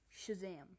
shazam